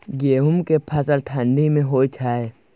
गेहूं के फसल ठंडी मे होय छै?